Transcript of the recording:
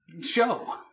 show